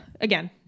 again